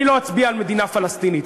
אני לא אצביע על מדינה פלסטינית.